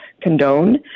condone